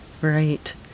Right